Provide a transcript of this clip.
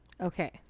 Okay